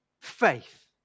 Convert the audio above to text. faith